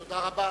תודה רבה.